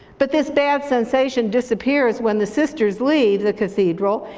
but this bad sensation disappears when the sisters leave the cathedral,